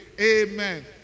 Amen